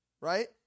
right